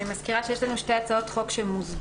אני מזכירה שיש לנו שתי הצעות חוק שמוזגו